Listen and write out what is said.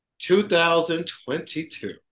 2022